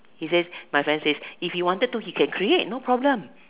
he says my friends says if he wanted to he can create no problem